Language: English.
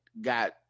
got